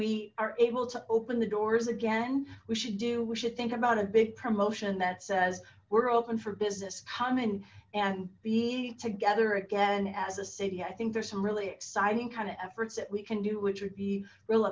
we are able to open the doors again we should do we should think about a big promotion that says we're open for business coming and be together again as a city i think there's some really exciting kind of efforts that we can do which would be real